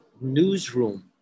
newsroom